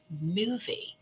movie